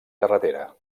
carretera